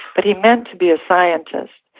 but he meant to be a scientist.